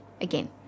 again